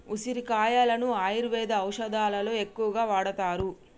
ఉసిరికాయలను ఆయుర్వేద ఔషదాలలో ఎక్కువగా వాడుతారు